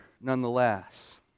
nonetheless